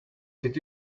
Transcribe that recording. did